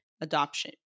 adoption